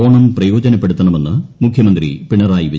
ഓണം പ്രയോജനപ്പെടുത്തണമെന്ന് മുഖ്യമന്ത്രി പിണറായി വിജയൻ